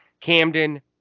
Camden